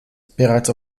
bereits